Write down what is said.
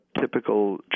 typical